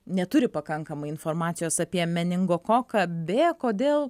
neturi pakankamai informacijos apie meningokoką b kodėl